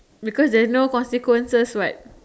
because there is no consequences what